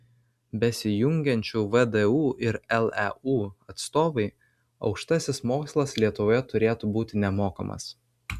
besijungiančių vdu ir leu atstovai aukštasis mokslas lietuvoje turėtų būti nemokamas